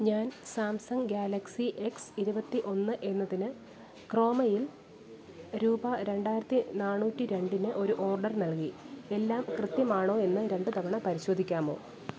ഞാൻ Samsung Galaxy X ഇരുപത്തി ഒന്ന് എന്നതിന് ക്രോമയിൽ രൂപ രണ്ടായിരിത്തി നാനൂറ്റി രണ്ടിന് ഒരു ഓർഡർ നൽകി എല്ലാം കൃത്യമാണോ എന്ന് രണ്ട് തവണ പരിശോധിക്കാമോ